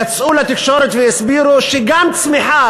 יצאו לתקשורת והסבירו שגם צמיחה,